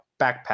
backpack